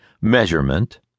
measurement